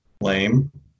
lame